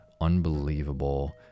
unbelievable